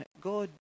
God